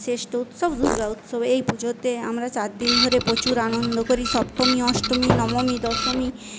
শ্রেষ্ঠ উৎসব দুর্গা উৎসব এই পুজোতে আমরা চারদিন ধরে প্রচুর আনন্দ করি সপ্তমী অষ্টমী নবমী দশমী